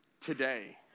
today